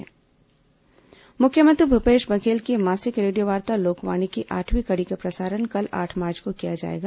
लोकवाणी मुख्यमंत्री भूपेश बघेल की मासिक रेडियोवार्ता लोकवाणी की आठवीं कड़ी का प्रसारण कल आठ मार्च को किया जाएगा